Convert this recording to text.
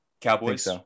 Cowboys